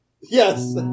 Yes